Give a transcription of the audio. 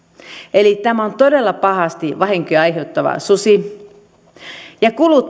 eli tämä on todella pahasti vahinkoja aiheuttava susi ja kulut